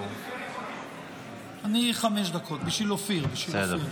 בשביל אופיר,